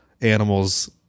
animals